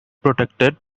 protected